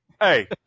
Hey